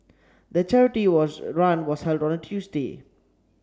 the charity was run was held on a Tuesday